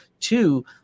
Two